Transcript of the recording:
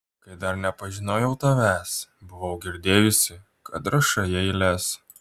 kai dar nepažinojau tavęs buvau girdėjusi kad rašai eiles